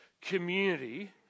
community